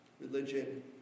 religion